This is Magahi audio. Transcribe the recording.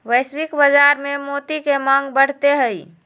वैश्विक बाजार में मोती के मांग बढ़ते हई